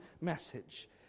message